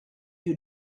you